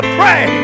pray